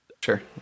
Sure